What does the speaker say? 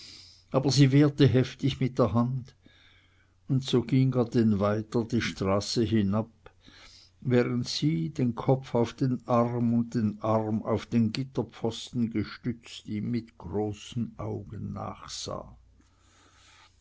aber sie wehrte heftig mit der hand und so ging er denn weiter die straße hinab während sie den kopf auf den arm und den arm auf den gitterpfosten gestützt ihm mit großem auge nachsah